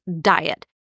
diet